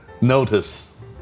notice